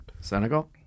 Senegal